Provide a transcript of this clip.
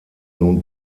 nun